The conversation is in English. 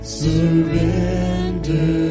surrender